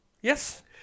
Yes